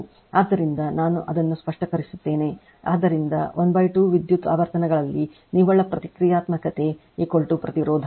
ಆದ್ದರಿಂದ ನಾನು ಅದನ್ನು ಸ್ಪಷ್ಟೀಕರಿಸುತ್ತೇನೆ ಆದ್ದರಿಂದ 12 ವಿದ್ಯುತ್ ಆವರ್ತನಗಳಲ್ಲಿ ನಿವ್ವಳ ಪ್ರತಿಕ್ರಿಯಾತ್ಮಕತೆ ಪ್ರತಿರೋಧ